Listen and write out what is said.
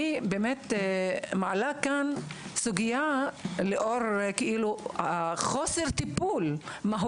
אני מעלה כאן סוגיה שנובעת מהמחסור בטיפול.